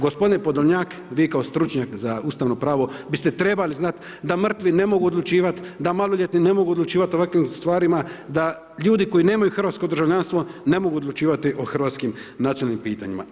G. Podolnjak, vi kao stručnjak za ustavno pravo biste trebali znati da mrtvi ne mogu odlučivati, da maloljetni ne mogu odlučivati o ovakvim stvarima, da ljudi koji nemaju hrvatsko državljanstvo ne mogu odlučivati o hrvatskim nacionalnim pitanjima.